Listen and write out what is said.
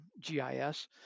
GIS